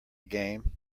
game